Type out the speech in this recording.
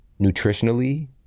nutritionally